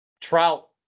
Trout